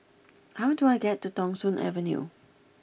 how do I get to Thong Soon Avenue